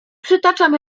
przytaczam